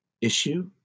issue